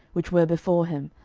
which were before him,